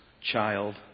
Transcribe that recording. child